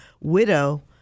widow